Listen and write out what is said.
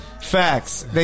Facts